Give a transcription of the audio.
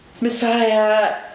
Messiah